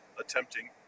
attempting